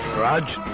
raja